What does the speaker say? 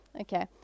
okay